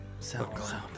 SoundCloud